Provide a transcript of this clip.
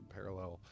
parallel